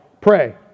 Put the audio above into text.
Pray